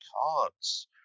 cards